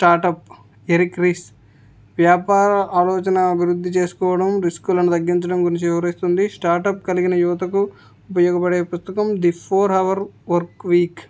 startup Eric వ్యాపార ఆలోచన అభివృద్ధి చేసుకోవడం రిస్క్లను తగ్గించడం గురించి వివరిస్తుంది స్టాటప్ కలిగిన యువతకు ఉపయోగపడే పుస్తకం the four hour work week